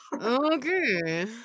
Okay